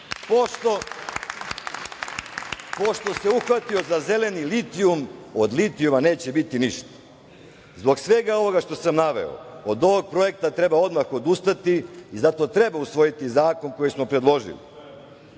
se uhvatio za zeleni litijum, od litijuma neće biti ništa. Zbog svega ovoga što sam naveo od ovog projekta treba odmah odustati i zato treba usvojiti zakon koji smo predložili. Priče